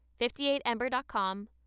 58ember.com